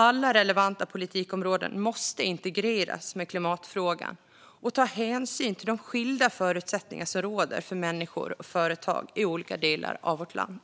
Alla relevanta politikområden måste integreras med klimatfrågan och ta hänsyn till de skilda förutsättningar som råder för människor och företag i olika delar av vårt land.